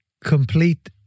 Complete